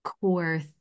core